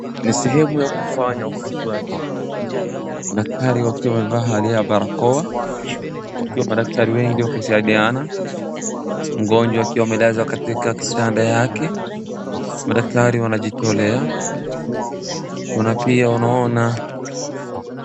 Ni sehemu ya kufanya upasuaji, daktari wakiwa wamevalia barakoa wakiwa madaktari wengi wakisaidiana, mgonjwa akiwa amelazwa katika kitanda yake, madaktari wanajitolea kuna pia wanaona.